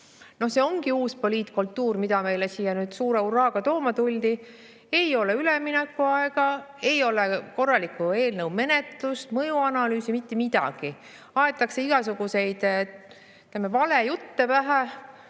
See ongi uus poliitkultuur, mida meile siia suure hurraaga tooma tuldi. Ei ole üleminekuaega, ei ole korralikku eelnõu menetlust, mõjuanalüüsi, mitte midagi. Aetakse igasuguseid valejutte,à